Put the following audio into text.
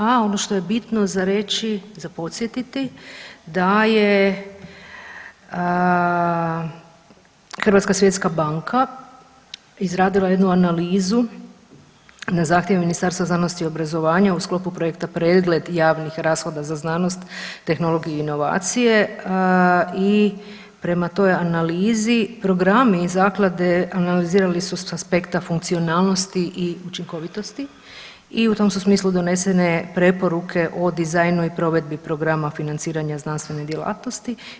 A ono što je bitno za reći, za podsjetiti da je Hrvatska svjetska banka izradila jednu analizu na zahtjev Ministarstva znanosti i obrazovanja u sklopu projekta „Pregled javnih rashoda za znanost, tehnologiju i inovacije“ i prema toj analizi programi zaklade analizirali su sa aspekta funkcionalnosti i učinkovitosti i u tom su smislu donesene preporuke o dizajnu i provedbi programa financiranja znanstvene djelatnosti.